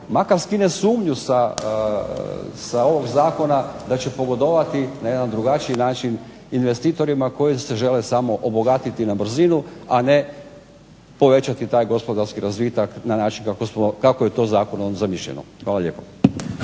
makar skine sumnju sa ovog zakona, da će pogodovati na jedan drugačiji način investitorima koji se žele obogatiti samo na brzinu, a ne povećati taj gospodarski razvitak na način kako je to zakonom zamišljeno. Hvala lijepo.